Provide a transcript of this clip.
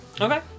Okay